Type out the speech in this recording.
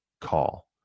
call